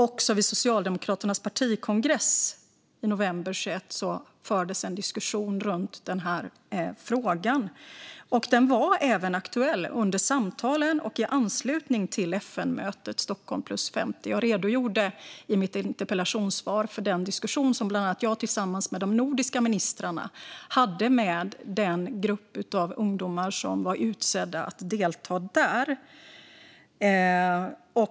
Också vid Socialdemokraternas partikongress i november 2021 fördes en diskussion i frågan. Den var även aktuell under samtalen och i anslutning till FN-mötet Stockholm + 50. Jag redogjorde i mitt interpellationssvar för den diskussion som bland annat jag tillsammans med de nordiska ministrarna hade med den grupp av ungdomar som var utsedda att delta där.